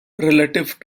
relative